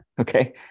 Okay